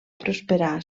prosperar